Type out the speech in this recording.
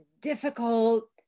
difficult